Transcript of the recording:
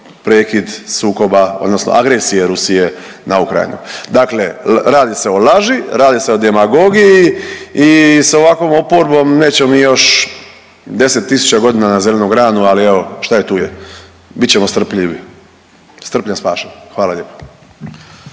prekid sukoba, odnosno agresije Rusije na Ukrajinu. Dakle, radi se o laži, radi se o demagogiji i sa ovakvom oporbom nećemo mi još 10000 godina na zelenu granu, ali evo šta je tu je, bit ćemo strpljivi. Strpljen spašen. Hvala lijepo.